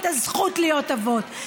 את הזכות להיות אבות.